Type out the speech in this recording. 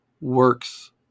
works